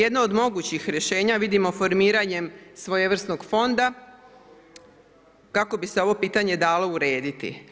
Jedno od mogućih rješenja vidimo formiranjem svojevrsnog fonda kako bi se ovo pitanje dalo urediti.